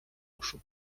uszu